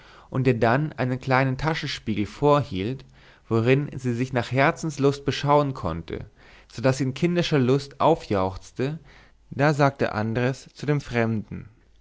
und ihr dann einen kleinen taschenspiegel vorhielt worin sie sich nach herzenslust beschauen konnte so daß sie in kindischer lust aufjauchzte da sagte andres zu dem fremden